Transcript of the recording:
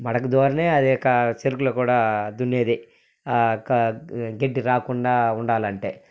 మడక ద్వారానే అది యొక్క చెరుకులో కూడా దున్నేది ఆ కా గడ్డి రాకుండా ఉండాలంటే